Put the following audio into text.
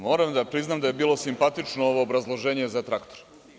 Moram da priznam da je bilo simpatično ovo obrazloženje za traktor.